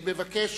מבקש